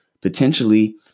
potentially